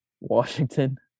Washington